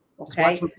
Okay